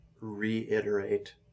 reiterate